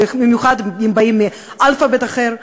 במיוחד אם באים מאל"ף-בי"ת אחר.